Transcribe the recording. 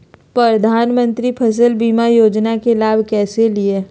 प्रधानमंत्री फसल बीमा योजना के लाभ कैसे लिये?